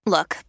Look